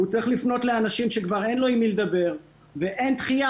הוא צריך לפנות לאנשים שכבר אין לו עם מי לדבר ואין דחייה.